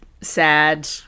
sad